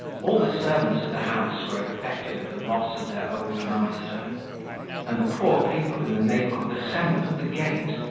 all the servants of the house were affected with the loss of their old master and the poor people in the neighbourhood assembled at the gate,